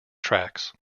trax